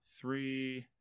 three